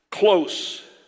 close